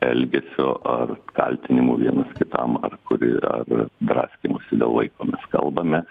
elgesio ar kaltinimų vienas kitam ar kuri ar draskymosi dėl vaiko mes kalbame